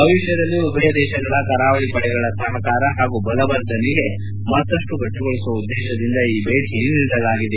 ಭವಿಷ್ಯದಲ್ಲಿ ಉಭಯ ದೇಶಗಳ ಕರಾವಳಿ ಪಡೆಗಳ ಸಹಕಾರ ಹಾಗೂ ಬಲವರ್ಧನೆಗೆ ಮತ್ತಷ್ಟು ಗಟ್ಟಿಗೊಳಿಸುವ ಉದ್ದೇಶದಿಂದ ಈ ಭೇಟಿ ನೀಡಲಾಗಿದೆ